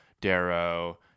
Darrow